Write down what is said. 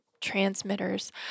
transmitters